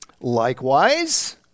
Likewise